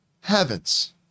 heavens